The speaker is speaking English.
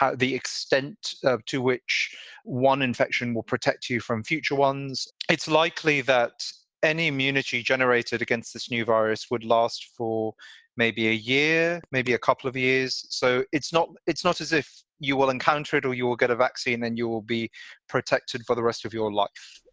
ah the extent to which one infection will protect you from future ones. it's likely that any immunity generated against this new virus would last for maybe a year, maybe a couple of years. so it's not it's not as if you will encounter it or you will get a vaccine, then you will be protected for the rest of your life.